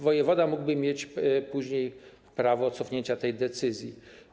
Wojewoda mógłby mieć później prawo cofnięcia tej decyzji.